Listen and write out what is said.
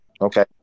Okay